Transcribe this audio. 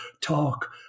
talk